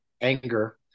anger